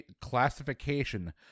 classification